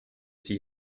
sie